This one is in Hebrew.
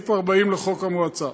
סעיף 40 לחוק המועצה.